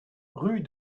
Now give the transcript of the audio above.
rue